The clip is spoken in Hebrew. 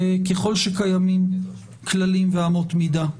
"ככל שקיימים כללים ואמות מידה".